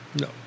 No